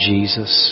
Jesus